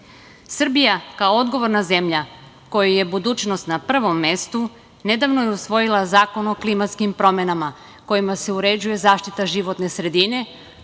kao odgovorna zemlja kojoj je budućnost na prvom mestu, nedavno je usvojila Zakon o klimatskim promenama kojima se uređuje zaštita životne sredine,